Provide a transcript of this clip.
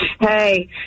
Hey